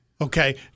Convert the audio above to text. okay